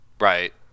Right